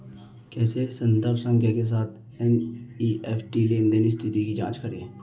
कैसे संदर्भ संख्या के साथ एन.ई.एफ.टी लेनदेन स्थिति की जांच करें?